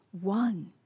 one